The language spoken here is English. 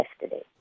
yesterday